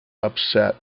upset